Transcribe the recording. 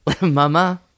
Mama